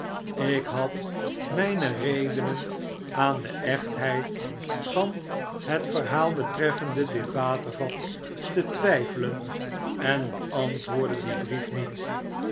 ik had myne redenen aan de echtheid van het verhaal betreffende dit watervat te twyfelen en beantwoordde dien brief niet